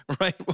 right